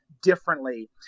Differently